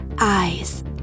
Eyes